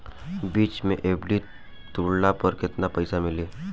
बीच मे एफ.डी तुड़ला पर केतना पईसा मिली?